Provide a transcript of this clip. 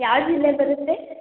ಯಾವುದ್ರಿಂದ ಬರತ್ತೆ